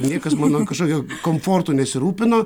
niekas mano kažkokio komfortu nesirūpino